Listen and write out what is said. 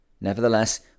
Nevertheless